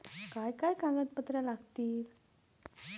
काय काय कागदपत्रा लागतील?